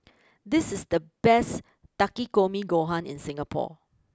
this is the best Takikomi Gohan in Singapore